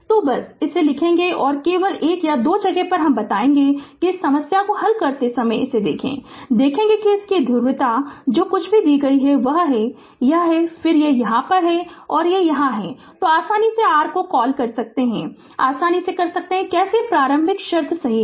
तो हम बस इसे लिखेगे और केवल 1 या 2 जगह पे हम बताएगे इस समस्या को हल करते समय इसे देखें देखेंगे कि इसकी ध्रुवीयता जो कुछ भी दी गई है वह है यह है और फिर यहां है यह यहां है तो आसानी से r कॉल कर सकते हैं आसानी से कर सकते हैं कि कैसे प्रारंभिक शर्तें सही हैं